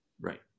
Right